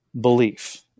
belief